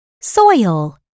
soil